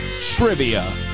Trivia